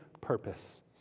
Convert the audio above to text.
purpose